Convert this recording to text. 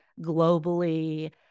globally